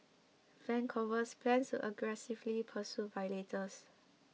Vancouver plans to aggressively pursue violators